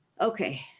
Okay